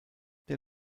der